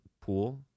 pool